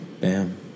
Bam